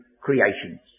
creations